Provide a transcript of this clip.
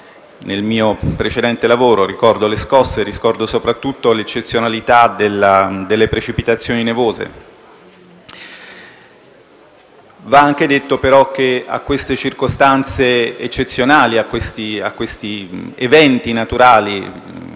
nel mio precedente lavoro. Ricordo le scosse e ricordo soprattutto l'eccezionalità delle precipitazioni nevose. Va anche detto però che a tali circostanze eccezionali e a questi eventi naturali,